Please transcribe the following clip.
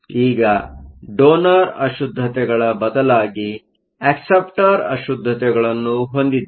ಈಗ ಡೋನರ್ ಅಶುದ್ದತೆಗಳ ಬದಲಾಗಿ ಅಕ್ಸೆಪ್ಟರ್ ಅಶುದ್ದತೆಗಳನ್ನು ಹೊಂದಿದ್ದೇವೆ